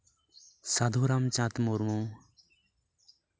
Sadhu Ramchand Murmu